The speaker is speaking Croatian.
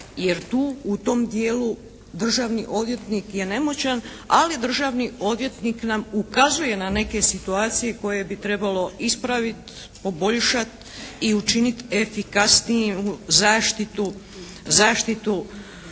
jer tu u tom dijelu državni odvjetnik je nemoćan, ali državni odvjetnik nam ukazuje na neke situacije koje bi trebalo ispraviti, poboljšati i učiniti efikasnijim zaštitu,